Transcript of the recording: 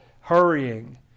hurrying